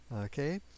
okay